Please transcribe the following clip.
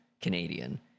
Canadian